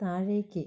താഴേക്ക്